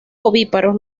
ovíparos